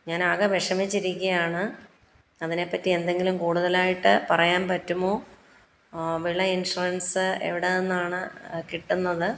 ഞാൻ ആകെ വിഷമിച്ചിരിക്കുകയാണ് അതിനെ പറ്റി എന്തെങ്കിലും കൂടുതലായിട്ട് പറയാൻ പറ്റുമോ വിള ഇൻഷുറൻസ് എവിടെ നിന്നാണ് കിട്ടുന്നത്